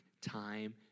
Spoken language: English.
time